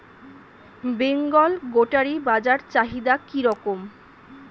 বেঙ্গল গোটারি বাজার চাহিদা কি রকম?